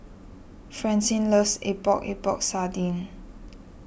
Francine loves Epok Epok Sardin